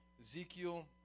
Ezekiel